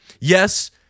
Yes